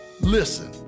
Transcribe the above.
listen